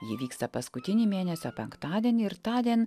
ji vyksta paskutinį mėnesio penktadienį ir tądien